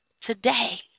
today